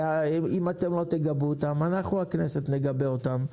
אם לא תגבו אותם אנחנו הכנסת נגבה אותם.